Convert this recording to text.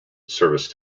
service